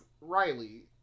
riley